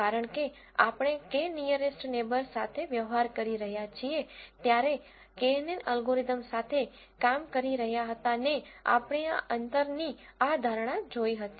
કારણ કે આપણે k નીઅરેસ્ટ નેબર્સ સાથે વ્યવહાર કરી રહ્યા છીએ ત્યારે knn અલ્ગોરિધમ સાથે કામ કરી રહ્યા હતા ને આપણે આ અંતરની આ ધારણા જોઈ હતી